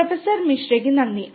professor മിശ്രയ്ക്ക് നന്ദി